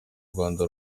rwanda